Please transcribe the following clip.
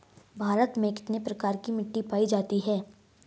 भारत में कितने प्रकार की मिट्टी पाई जाती हैं?